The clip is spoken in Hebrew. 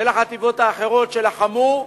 של החטיבות האחרות שלחמו,